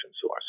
source